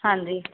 ਹਾਂਜੀ